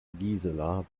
gisela